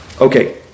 Okay